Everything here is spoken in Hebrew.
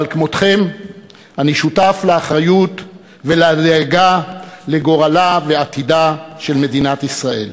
אבל כמותכם אני שותף לאחריות ולדאגה לגורלה ולעתידה של מדינת ישראל.